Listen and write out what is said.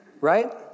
right